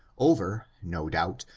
over, no doubt,